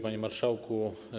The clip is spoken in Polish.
Panie Marszałku!